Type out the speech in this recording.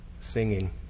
singing